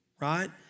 right